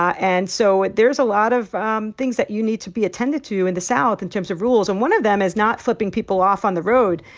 and so there's a lot of um things that you need to be attended to in the south in terms of rules. and one of them is not flipping people off on the road,